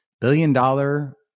billion-dollar